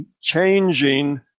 changing